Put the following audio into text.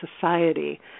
society